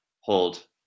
hold